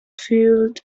fuelled